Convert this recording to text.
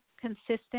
consistent